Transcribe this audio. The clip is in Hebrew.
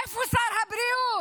איפה שר הבריאות?